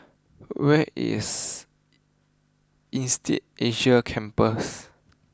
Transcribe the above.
where is Insead Asia Campus